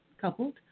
coupled